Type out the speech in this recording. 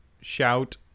Shout